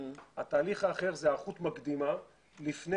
התהליך האחר הוא היערכות מקדימה לפני